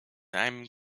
einem